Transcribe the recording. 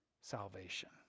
salvation